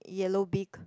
yellow beak